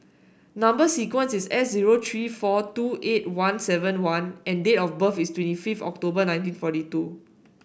number sequence is S zero three four two eight one seven one and date of birth is twenty fifth October nineteen forty two